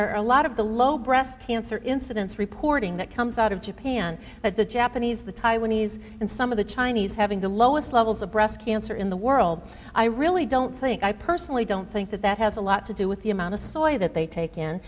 or a lot of the low breast cancer incidents reporting that comes out of japan that the japanese the taiwanese and some of the chinese having the lowest levels of breast cancer in the world i really don't think i personally don't think that that has a lot to do with the amount of soil that they take in